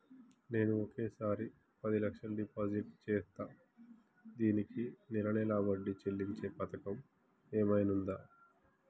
నేను ఒకేసారి పది లక్షలు డిపాజిట్ చేస్తా దీనికి నెల నెల వడ్డీ చెల్లించే పథకం ఏమైనుందా?